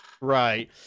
Right